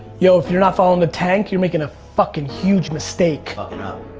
yo, if you're not following the tank you're making a fucking huge mistake. fuckin' up.